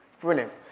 brilliant